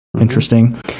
interesting